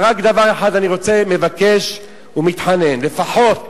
אבל רק דבר אחד אני רוצה, מבקש ומתחנן: לפחות